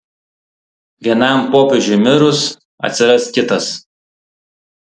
vienam popiežiui mirus atsiras kitas